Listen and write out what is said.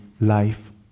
life